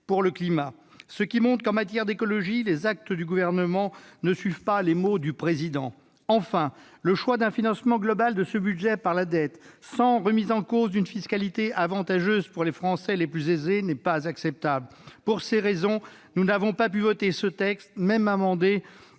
preuve s'il en est que, en matière d'écologie, les actes du Gouvernement ne suivent pas les mots du Président de la République. Enfin, le choix d'un financement global de ce budget par la dette, sans remise en cause d'une fiscalité avantageuse pour les Français les plus aisés, n'est pas acceptable. Pour ces raisons, nous n'avons pas pu voter ce texte, insuffisamment